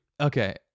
okay